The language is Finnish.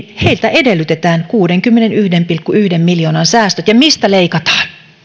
edellytetään kuudenkymmenenyhden pilkku yhden miljoonan säästöjä ja mistä leikataan